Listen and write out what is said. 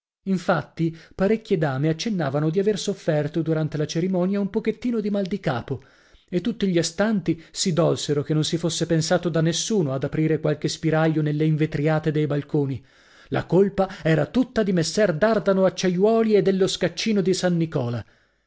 infatti parecchie dame accennavano di aver sofferto durante la cerimonia un pochettino di mal di capo e tutti gli astanti si dolsero che non si fosse pensato da nessuno ad aprire qualche spiraglio nelle invetriate dei balconi la colpa era tutta di messer dardano acciaiuoli e dello scaccino di san nicola